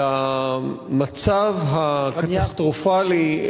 למצב הקטסטרופלי,